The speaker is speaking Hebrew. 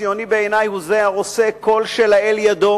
ציוני בעיני הוא זה שעושה כל שלאל ידו